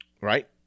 Right